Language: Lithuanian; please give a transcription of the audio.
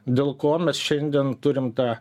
dėl ko mes šiandien turim tą